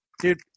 dude